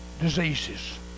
diseases